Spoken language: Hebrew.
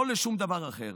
לא לשום דבר אחר,